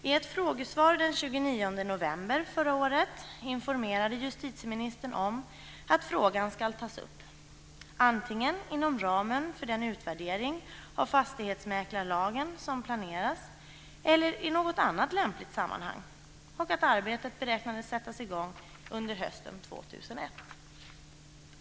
I ett frågesvar den 29 november förra året informerade justitieministern om att frågan ska tas upp antingen inom ramen för den utvärdering som fastighetsmäklarlagen som planeras eller i något annat lämpligt sammanhang. Arbetet beräknades sättas i gång under hösten 2001.